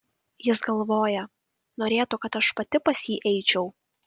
jis galvoja norėtų kad aš pati pas jį eičiau